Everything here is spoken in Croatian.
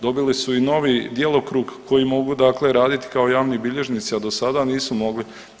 Dobili su i novi djelokrug koji mogu raditi kao javni bilježnici, a do sada nisu mogli.